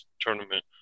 tournament